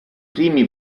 primi